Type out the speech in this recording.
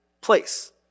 place